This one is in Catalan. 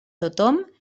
tothom